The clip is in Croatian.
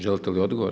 Želite li odgovor?